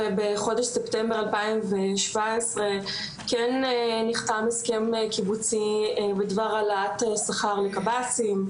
ובחודש ספטמבר 2017 כן נחתם הסכם קיבוצי בדבר העלאת שכר לקב"סים,